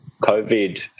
COVID